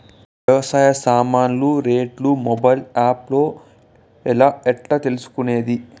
వ్యవసాయ సామాన్లు రేట్లు మొబైల్ ఆప్ లో ఎట్లా తెలుసుకునేది?